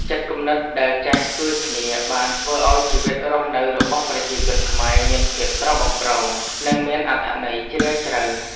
ចិត្តគំនិតដែលចេះជួយគ្នាបានធ្វើឱ្យជីវិតរស់នៅរបស់ប្រជាជនខ្មែរមានភាពស្រស់បំព្រង និងមានអត្ថន័យជ្រាលជ្រៅ។